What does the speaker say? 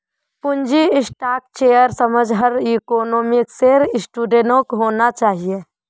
पूंजी स्ट्रक्चरेर समझ हर इकोनॉमिक्सेर स्टूडेंटक होना चाहिए